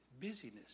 busyness